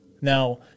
Now